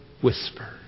whisper